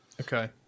Okay